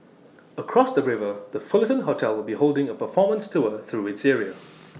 across the river the Fullerton hotel will be holding A performance tour through its area